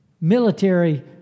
military